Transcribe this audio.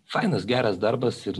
fainas geras darbas ir